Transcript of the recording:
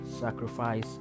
sacrifice